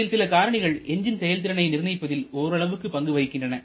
இதில் சில காரணிகள் எஞ்ஜின் செயல்திறனை நிர்ணயிப்பதில் ஓரளவுக்கு பங்கு வகிக்கின்றன